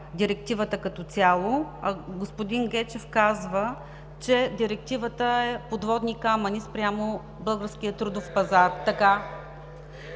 Директивата като цяло, а господин Гечев казва, че Директивата е „подводни камъни“ спрямо българския трудов пазар.